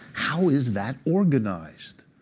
how is that organized?